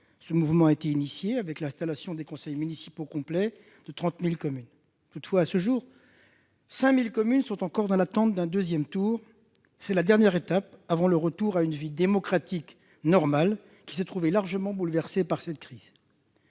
Ce mouvement a été engagé dès le 13 mai, avec l'installation des conseils municipaux complets de 30 000 communes. Toutefois, à ce jour, 5 000 communes sont encore dans l'attente d'un deuxième tour. C'est la dernière étape avant le retour à une vie démocratique normale, celle-ci s'étant trouvée largement bouleversée par cette crise.